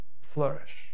flourish